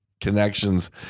connections